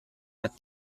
but